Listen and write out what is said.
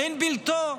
אין בלתו,